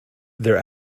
their